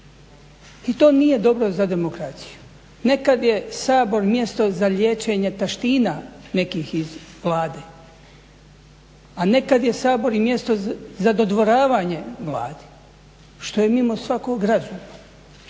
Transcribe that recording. I to nije dobro za demokraciju. Nekad je Sabor mjesto za liječenje taština nekih iz Vlade, a nekad je Sabor i mjesto za dodvoravanje mladih što je mimo svakog razuma.